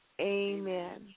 Amen